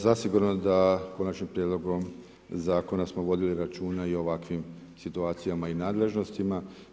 Zasigurno da konačnim prijedlogom zakona smo vodili računa i ovakvim situacijama i nadležnostima.